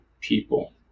people